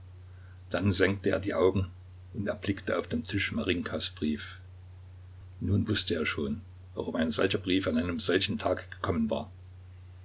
dann senkte er die augen und erblickte auf dem tische marinjkas brief nun wußte er schon warum ein solcher brief an einem solchen tag gekommen war